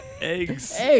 eggs